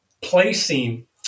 placing